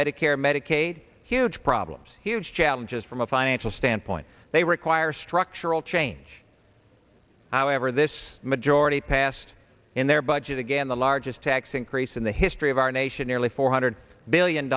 medicare medicaid huge problems huge challenges from a financial standpoint they require structural change however this majority passed in their budget again the largest tax increase in the history of our nation nearly four hundred billion